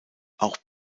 auch